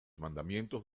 mandamientos